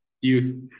Youth